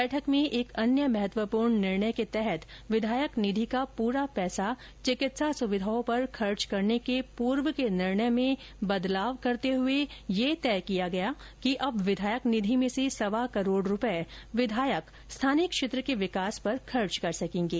बैठक में एक अन्य महत्वपूर्ण निर्णय के तहत विधायक निधि का पूरा पैसा चिकित्सा सुविधाओं पर खर्च करने के पूर्व के निर्णय में बदलाव करते हुए तय किया गया कि अब विधायक निधि में से सवा करोड़ रूपए विधायक स्थानीय क्षेत्र के विकास पर खर्च कर सकेंगे